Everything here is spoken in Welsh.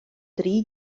dri